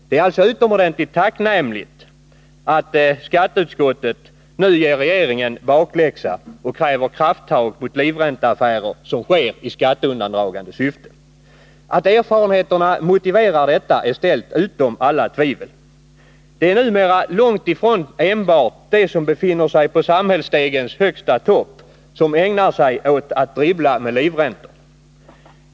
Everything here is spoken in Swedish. Det är alltså utomordentligt tacknämligt att skatteutskottet nu ger regeringen bakläxa och kräver krafttag mot livränteaffärer som sker i skatteundandragande syfte. Att erfarenheterna motiverar detta är ställt utom allt tvivel. Det är numera långt ifrån enbart de som befinner sig på samhällsstegens högsta topp som ägnar sig åt att dribbla med livräntor.